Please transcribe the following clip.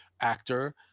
actor